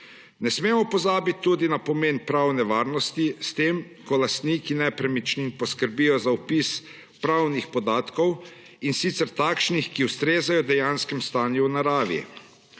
Ne smemo pozabiti tudi na pomen pravne varnosti, s tem ko lastniki nepremičnin poskrbijo za vpis pravnih podatkov, in sicer takšnih, ki ustrezajo dejanskemu stanju v naravi.